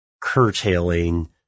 curtailing